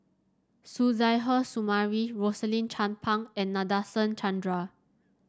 Suzairhe Sumari Rosaline Chan Pang and Nadasen Chandra